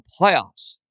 playoffs